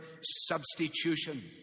substitution